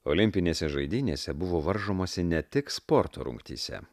olimpinėse žaidynėse buvo varžomasi ne tik sporto rungtyse